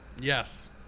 yes